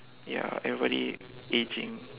ya everybody aging